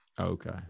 Okay